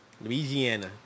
Louisiana